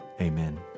Amen